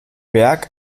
berg